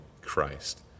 Christ